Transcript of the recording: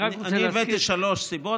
אני הבאתי שלוש סיבות.